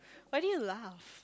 why did you laugh